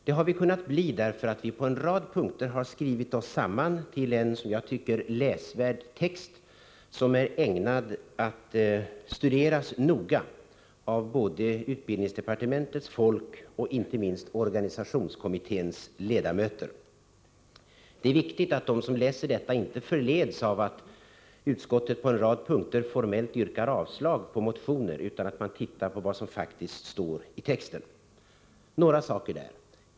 Det har vi kunnat bli därför att vi på en rad punkter har skrivit oss samman till en som jag tycker läsvärd text som är ägnad att studeras noga av både utbildningsdepartementets folk och inte minst organisationskommitténs ledamöter. Det är viktigt att de som läser detta inte förleds av att utskottet på en rad punkter formellt yrkar avslag på motioner utan ser på vad som faktiskt står i texten. Jag vill ta upp något av det.